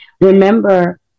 Remember